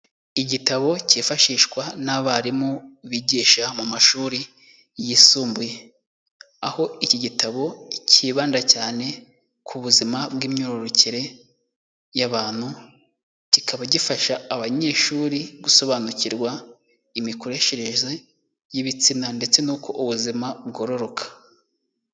Igitabo cyifashishwa n'abarimu bigisha mu mashuri yisumbuye, aho iki gitabo kibanda cyane ku buzima bw'imyororokere y'abantu, kikaba gifasha abanyeshuri gusobanukirwa imikoreshereze y'ibitsina ndetse n'uko ubuzima bwororoka.